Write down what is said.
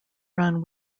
run